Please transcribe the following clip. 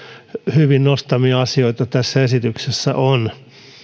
hyvin nostamia asioita tässä esityksessä on